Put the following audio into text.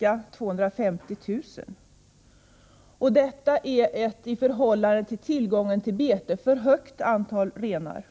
ca 250 000. Detta är ett i förhållande till tillgången på bete för stort antal renar.